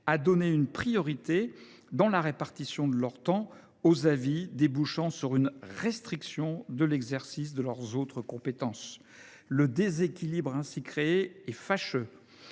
à donner une priorité, dans la répartition de leur temps, aux avis, débouchant sur une restriction de l’exercice de leurs autres compétences. Le déséquilibre ainsi créé est fâcheux